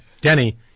Denny